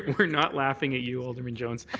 and not laughing at you, alderman jones.